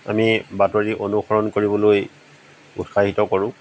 আমি বাতৰি অনুসৰণ কৰিবলৈ উৎসাহিত কৰোঁ